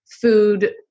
food